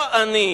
לא אני,